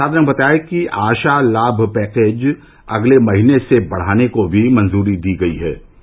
उन्होंने बताया कि आशा लाभ पैकेज अगले महीने से बढ़ाने को भी मंजूरी दी गई है